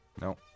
No